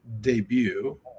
debut